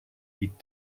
eat